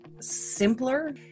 simpler